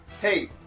Hey